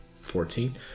fourteen